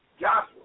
Joshua